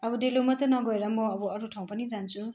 अब डेलो मात्रै नगएर म अरू ठाउँ पनि जान्छु